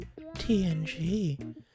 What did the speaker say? TNG